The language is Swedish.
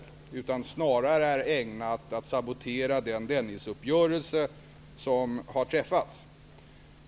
Det är snarare ägnat att sabotera den Dennisuppgörelse som har träffats.